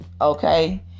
okay